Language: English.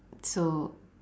so